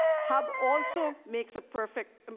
hub also makes a perfect, and